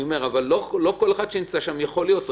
אבל לא כל אחד שנמצא שם יכול להיות.